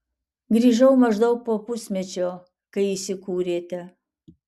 grįžau maždaug po pusmečio kai įsikūrėte